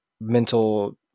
mental